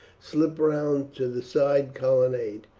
slipped round to the side colonnade.